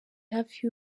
hafi